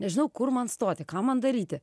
nežinau kur man stoti ką man daryti